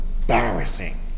embarrassing